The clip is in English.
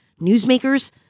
newsmakers